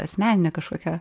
asmeninė kažkokia